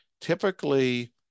typically